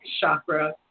chakra